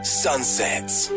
sunsets